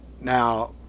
Now